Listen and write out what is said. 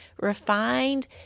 refined